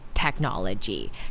Technology